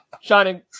shining